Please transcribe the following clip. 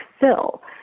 fill